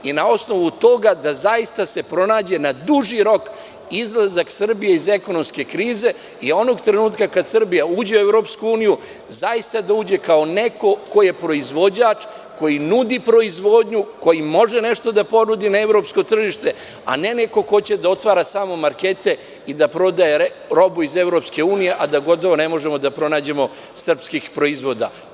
Na osnovu toga da se zaista se pronađe na duži rok izlazak Srbije iz ekonomske krize i onog trenutka kada Srbija uđe u EU zaista da uđe kao neko ko je proizvođač, koji nudi proizvodnju, koji može nešto da ponudi na evropsko tržište, a ne neko ko će da otvara samo markete i da prodaje robu iz EU, a da ne možemo da pronađemo srpskih proizvoda.